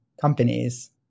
companies